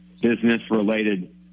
business-related